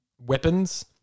weapons